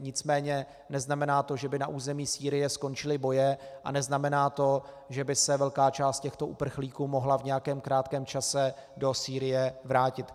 Nicméně neznamená to, že by na území Sýrie skončily boje, a neznamená to, že by se velká část těchto uprchlíků mohla v nějakém krátkém čase do Sýrie vrátit.